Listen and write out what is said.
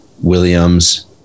Williams